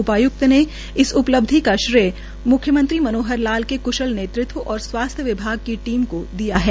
उपायुक्त ने इस उपलब्धि को श्रेय मुख्यमंत्री मनोहर लाल के कुशल नेतृत्व और स्वास्थ्य विभाग की टीम को दिया है